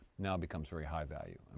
now it becomes very high value. and